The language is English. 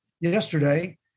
yesterday